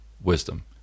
wisdom